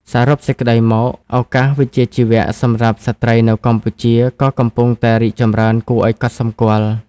សរុបសេចក្តីមក ឱកាសវិជ្ជាជីវៈសម្រាប់ស្ត្រីនៅកម្ពុជាក៏កំពុងតែរីកចម្រើនគួរឱ្យកត់សម្គាល់។